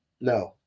No